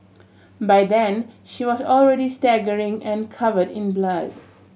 by then she was already staggering and covered in blood